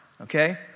okay